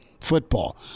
football